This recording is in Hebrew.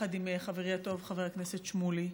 יחד עם חברי הטוב חבר הכנסת שמולי.